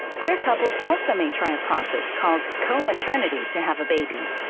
queer couples also may try a process called co-maternity to have a baby.